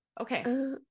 Okay